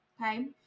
okay